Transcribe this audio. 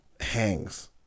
hangs